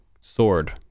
sword